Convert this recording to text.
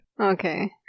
Okay